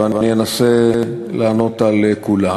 ואני אנסה לענות על כולן.